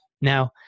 now